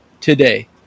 today